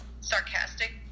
sarcastic